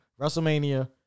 WrestleMania